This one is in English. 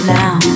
now